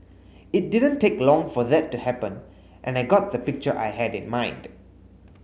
it didn't take long for that to happen and I got the picture I had in mind